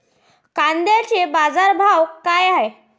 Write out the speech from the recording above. कांद्याचे बाजार भाव का हाये?